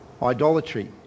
idolatry